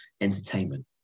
entertainment